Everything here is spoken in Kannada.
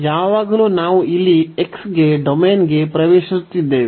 ಯಾವಾಗಲೂ ನಾವು ಇಲ್ಲಿ x ಗೆ ಡೊಮೇನ್ಗೆ ಪ್ರವೇಶಿಸುತ್ತಿದ್ದೇವೆ